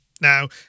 Now